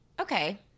Okay